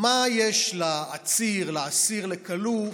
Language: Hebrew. מה יש לעציר, לאסיר, לכלוא,